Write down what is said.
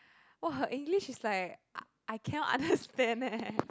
oh her English is like uh I cannot understand eh